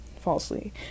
falsely